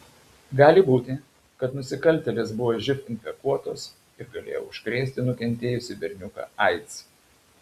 gali būti kad nusikaltėlės buvo živ infekuotos ir galėjo užkrėsti nukentėjusį berniuką aids